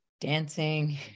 dancing